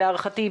להערכתי,